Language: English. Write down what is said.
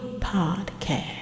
Podcast